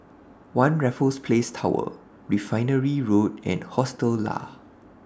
one Raffles Place Tower Refinery Road and Hostel Lah